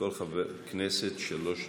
לכל חבר כנסת שלוש דקות.